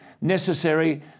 necessary